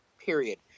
period